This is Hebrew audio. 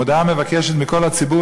במודעה מתבקש כל הציבור,